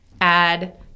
Add